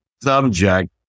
subject